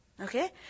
Okay